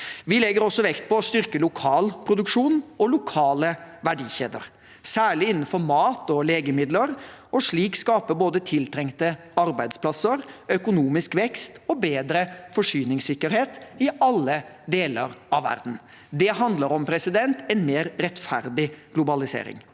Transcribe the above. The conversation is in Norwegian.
Vi legger vekt på å styrke lokal produksjon og lokale verdikjeder, særlig innenfor mat og legemidler, og slik skape både tiltrengte arbeidsplasser, økonomisk vekst og bedre forsyningssikkerhet i alle deler av verden. Det handler om en mer rettferdig globalisering.